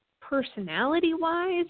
personality-wise